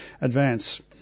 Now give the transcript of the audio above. advance